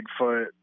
Bigfoot